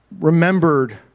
remembered